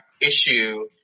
issue